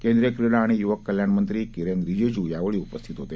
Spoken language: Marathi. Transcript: केंद्रीय क्रीडा आणि युवक कल्याणमंत्री किरेन रीजीजू यावेळी उपस्थित होते